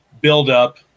buildup